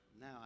Now